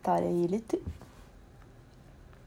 a little bit